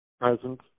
present